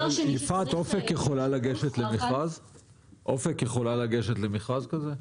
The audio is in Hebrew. יפעת, אופק יכולה לגשת למכרז כזה?